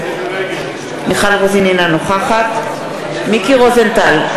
אינה נוכחת מיקי רוזנטל,